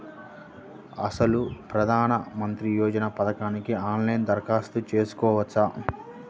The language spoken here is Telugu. అసలు ప్రధాన మంత్రి యోజన పథకానికి ఆన్లైన్లో దరఖాస్తు చేసుకోవచ్చా?